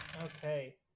Okay